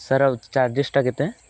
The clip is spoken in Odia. ସାର୍ ଆଉ ଚାର୍ଜେସ ଟା କେତେ